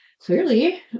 Clearly